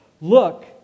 look